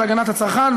של הגנת הצרכן,